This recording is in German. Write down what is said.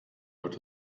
wird